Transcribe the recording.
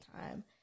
time